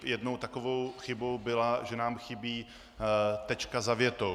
Jednou takovou chybou bylo, že nám chybí tečka za větou.